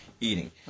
eating